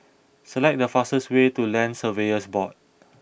select the fastest way to Land Surveyors Board